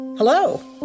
Hello